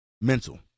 mental